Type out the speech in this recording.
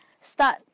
start